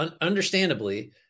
understandably